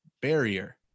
barrier